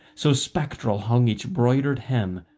so spectral hung each broidered hem,